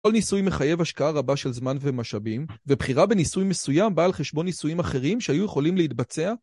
כל ניסוי מחייב השקעה רבה של זמן ומשאבים, ובחירה בניסוי מסוים באה על חשבון ניסויים אחרים שהיו יכולים להתבצע.